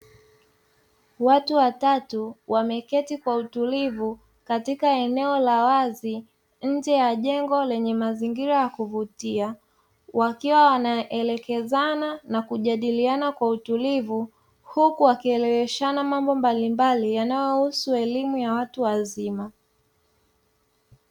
Watu watatu wameketi kwa utulivu katika eneo la wazi njee ya jengo lenye mazingira ya kuvutia wakiwa wanaelekeza na kujadiliana kwa utulivu huku wakieleweshana mambo mbalimbali yanayo husu elimu ya watu wazima.